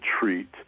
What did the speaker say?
treat